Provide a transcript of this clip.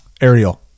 Ariel